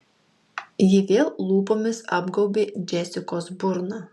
ji vėl lūpomis apgaubė džesikos burną